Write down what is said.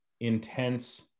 intense